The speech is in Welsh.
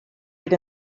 oedd